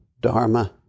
Dharma